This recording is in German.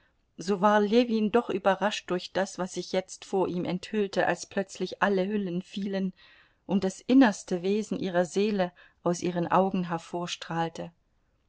so war ljewin doch überrascht durch das was sich jetzt vor ihm enthüllte als plötzlich alle hüllen fielen und das innerste wesen ihrer seele aus ihren augen